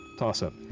toss-up.